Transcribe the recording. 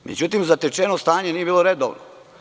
Međutim, zatečeno stanje nije bilo redovno.